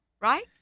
right